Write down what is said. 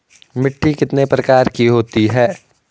मिट्टी कितने प्रकार की होती है?